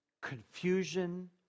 confusion